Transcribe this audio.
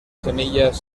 semillas